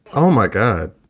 oh, my god